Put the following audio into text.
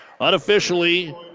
Unofficially